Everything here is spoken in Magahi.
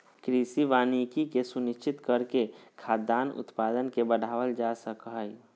कृषि वानिकी के सुनिश्चित करके खाद्यान उत्पादन के बढ़ावल जा सक हई